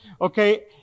okay